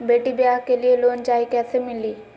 बेटी ब्याह के लिए लोन चाही, कैसे मिली?